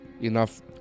enough